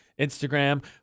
Instagram